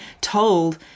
told